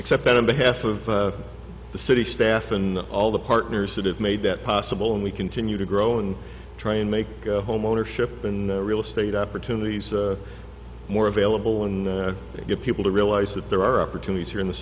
except on behalf of the city staff and all the partners that have made that possible and we continue to grow and try and make homeownership and real estate opportunities more available and get people to realize that there are opportunities here in the